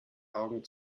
augen